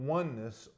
oneness